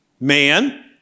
man